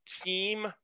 team